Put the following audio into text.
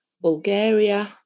Bulgaria